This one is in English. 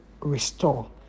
restore